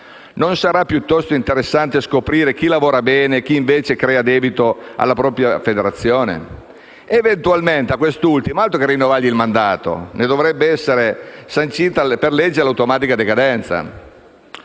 Non sarà piuttosto interessante scoprire chi lavora bene e chi invece crea debito alla propria federazione? Eventualmente, di quest'ultimo dovrebbe essere sancita per legge l'automatica decadenza,